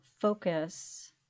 focus